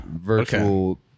Virtual